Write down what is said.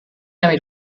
damit